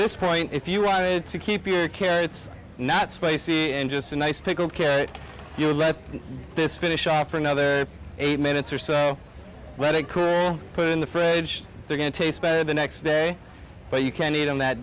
this point if you wanted to keep your carrots not spicy and just an ice pick ok you let this finish on for another eight minutes or so let it cool in the fridge they're going to taste bad the next day but you can eat on that